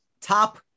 top